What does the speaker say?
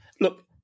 Look